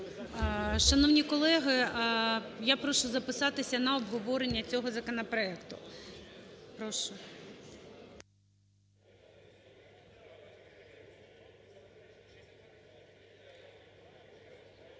Шановні колеги, я прошу записатись на обговорення цього законопроекту. Прошу.